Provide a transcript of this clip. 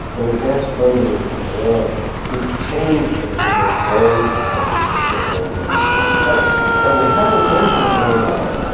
when advanced blending came along it changed a little bit all of the things that were already in place. now, it hasn't been here very long.